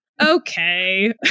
okay